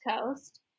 Coast